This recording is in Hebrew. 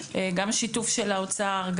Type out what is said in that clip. גם שיתוף של האוצר,